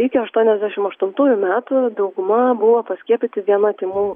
iki aštuoniasdešim aštuntųjų metų dauguma buvo paskiepyti viena tymų